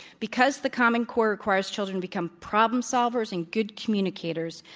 because the common core requires children become problem solvers and good communicators,